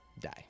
die